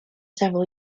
several